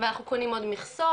ואנחנו קונים עוד מכסות.